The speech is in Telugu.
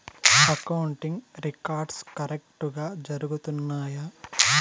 అకౌంటింగ్ రికార్డ్స్ కరెక్టుగా జరుగుతున్నాయా